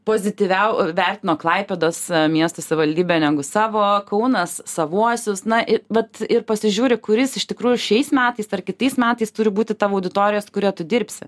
pozityviau vertino klaipėdos miestų savaldybę negu savo kaunas savuosius na vat ir pasižiūri kuris iš tikrųjų šiais metais ar kitais metais turi būti tavo auditorijos kuria tu dirbsi